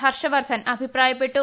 ഹർഷ വർദ്ധൻ അഭിപ്രായപ്പെട്ടു